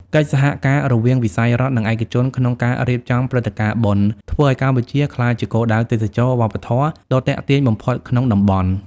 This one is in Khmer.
កិច្ចសហការរវាងវិស័យរដ្ឋ និងឯកជនក្នុងការរៀបចំព្រឹត្តិការណ៍បុណ្យ នឹងធ្វើឱ្យកម្ពុជាក្លាយជាគោលដៅទេសចរណ៍វប្បធម៌ដ៏ទាក់ទាញបំផុតក្នុងតំបន់។